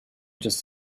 just